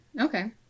Okay